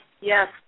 Yes